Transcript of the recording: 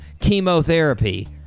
chemotherapy